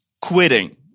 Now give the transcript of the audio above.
quitting